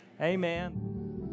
Amen